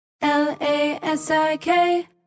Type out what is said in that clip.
L-A-S-I-K